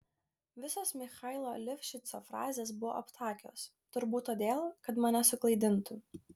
visos michailo livšico frazės buvo aptakios turbūt todėl kad mane suklaidintų